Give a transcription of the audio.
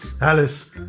Alice